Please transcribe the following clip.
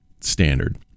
standard